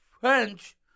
French